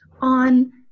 on